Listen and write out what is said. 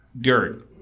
dirt